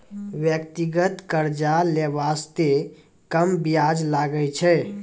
व्यक्तिगत कर्जा लै बासते कम बियाज लागै छै